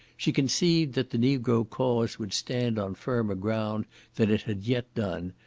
she conceived that the negro cause would stand on firmer ground than it had yet done,